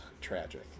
tragic